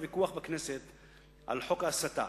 את הוויכוח בכנסת על חוק ההסתה,